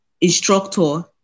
instructor